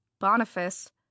Boniface